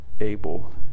able